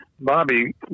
Bobby